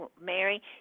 mary